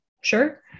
Sure